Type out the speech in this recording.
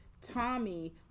Tommy